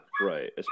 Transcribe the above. Right